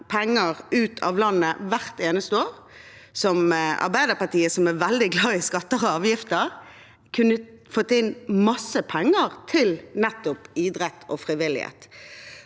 penger ut av landet hvert eneste år – masse penger som Arbeiderpartiet, som er veldig glad i skatter og avgifter, kunne fått inn til nettopp idrett og frivillighet.